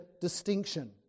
distinction